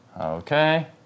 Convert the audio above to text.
Okay